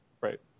Right